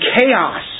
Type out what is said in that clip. chaos